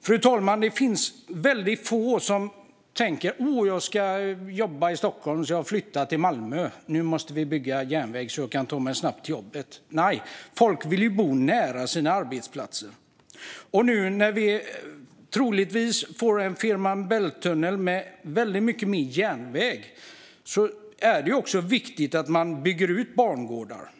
Fru talman! Det finns väldigt få som tänker: Jag ska jobba i Stockholm, så jag flyttar till Malmö. Nu måste det byggas järnväg så att jag snabbt kan ta mig till jobbet. Nej, folk vill bo nära sina arbetsplatser. Nu när vi troligtvis får en Fehmarn Bält-tunnel med väldigt mycket mer järnväg är det också viktigt att man bygger ut bangårdar.